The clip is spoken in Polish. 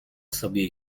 sobie